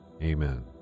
Amen